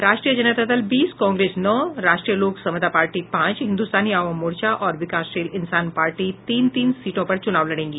राष्ट्रीय जनता दल बीस कांग्रेस नौ राष्ट्रीय लोक समता पार्टी पांच हिन्दुस्तानी अवाम मोर्चा और विकासशील इंसान पार्टी तीन तीन सीटों पर चुनाव लड़ेंगी